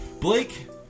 Blake